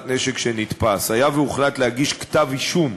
נשק שנתפס: היה והוחלט להגיש כתב-אישום,